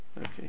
okay